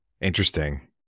Interesting